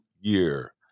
year